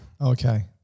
Okay